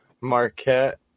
Marquette